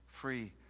free